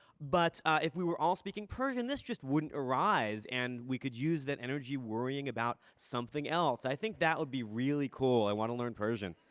but if we were all speaking persian, this just wouldn't arise and we could use that energy worrying about something else. i think that would be really cool. i want to learn persian.